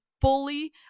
fully